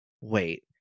Wait